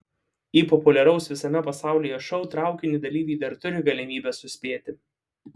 į populiaraus visame pasaulyje šou traukinį dalyviai dar turi galimybę suspėti